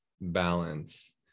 balance